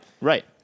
right